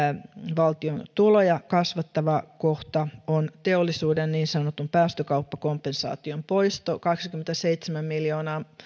valtion tuloja kasvattava kohta on teollisuuden niin sanotun päästökauppakompensaation poisto kaksikymmentäseitsemän miljoonaa